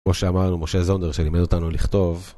כמו שאמר לנו משה זונדר, שלימד אותנו לכתוב